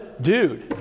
Dude